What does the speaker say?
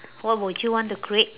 what would you want to create